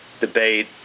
debate